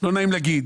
לא נעים להגיד,